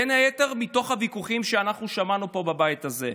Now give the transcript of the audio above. בין היתר מתוך הוויכוחים שאנחנו שמענו פה בבית הזה.